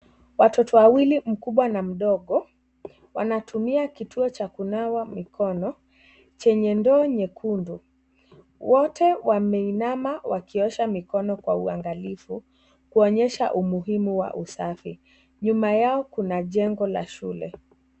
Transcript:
Watoto wawili mkubwa na mdogo wanatumia kituo cha kunawa mikono chenye ndoo nyekundu. Wote wameinama wakiosha mikono kwa uangalifu wakionyesha umuhimu wa usafi. Nyuma yao kuna jengo la shule.